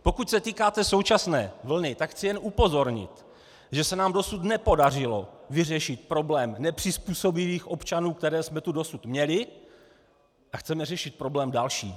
Pokud se týká současné vlny, tak chci jen upozornit, že se nám dosud nepodařilo vyřešit problém nepřizpůsobivých občanů, které jsme tu dosud měli, a chceme řešit problém další.